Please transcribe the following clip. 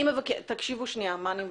תקשיבו מה אני מבקשת.